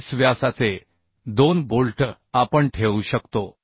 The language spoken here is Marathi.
20 व्यासाचे दोन बोल्ट आपण ठेवू शकतो